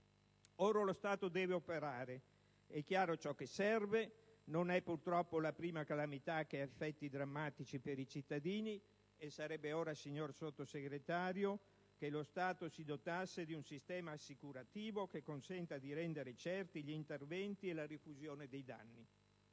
Ora lo Stato deve operare: è chiaro ciò che serve, non è purtroppo la prima calamità che ha effetti drammatici per i cittadini, e sarebbe ora, signor Sottosegretario, che lo Stato si dotasse di un sistema assicurativo che consenta di rendere certi gli interventi e la rifusione dei danni.